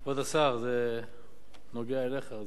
כבוד השר, זה נוגע אליך.